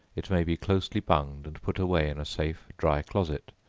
it may be closely bunged and put away in a safe dry closet,